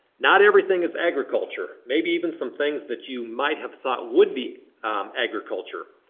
not everything is agriculture. maybe even some things that you might have thought would be agriculture.